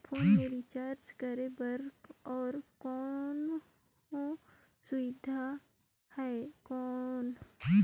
Phone मे recharge करे बर और कोनो सुविधा है कौन?